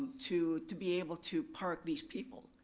to to be able to park these people,